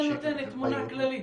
זה נותן תמונה כללית,